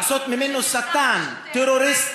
לעשות ממנו שטן, טרוריסט.